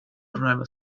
driver